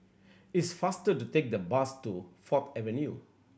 it's faster to take the bus to Fourth Avenue